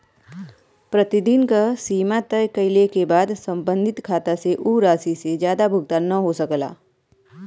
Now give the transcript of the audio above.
प्रतिदिन क सीमा तय कइले क बाद सम्बंधित खाता से उ राशि से जादा भुगतान न हो सकला